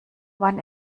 wann